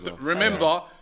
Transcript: remember